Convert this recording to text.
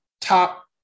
top